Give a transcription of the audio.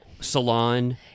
salon